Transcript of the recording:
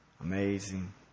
Amazing